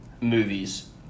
movies